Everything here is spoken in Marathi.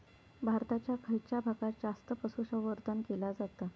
भारताच्या खयच्या भागात जास्त पशुसंवर्धन केला जाता?